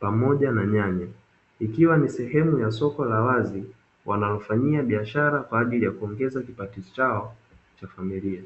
pamoja na nyanya, ikiwa ni sehemu ya soko la wazi wanamofanyia biashara, kwa ajili ya kuongeza kipato chao cha Familia.